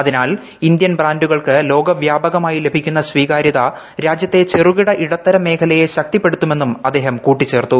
അതിനാൽ ഇന്ത്യൻ ബ്രാൻഡുകൾക്ക് ലോകവ്യാപകമായി ലഭിക്കുന്ന സ്വീകാരൃത രാജ്യത്തെ ചെറുകിട ഇടത്തരം മേഖലയെ ശക്തിപ്പെടുത്തുമെന്നും അദ്ദേഹം കൂട്ടിച്ചേർത്തു